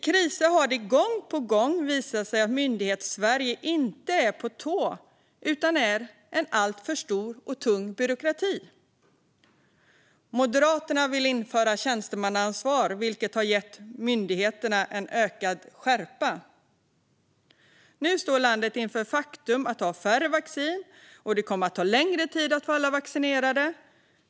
I kriser har det gång på gång visat sig att Myndighetssverige inte är på tå, utan det är en alltför stor och tung byråkrati. Moderaterna vill införa tjänstemannaansvar, vilket skulle ge myndigheterna ökad skärpa. Nu står landet inför det faktum att vi har mindre vaccin, och det kommer att ta längre tid att få alla vaccinerade.